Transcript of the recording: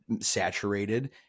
saturated